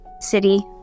City